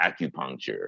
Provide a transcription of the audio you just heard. acupuncture